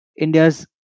India's